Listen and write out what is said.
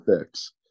fix